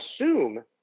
assume